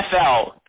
NFL